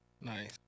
Nice